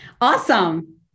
Awesome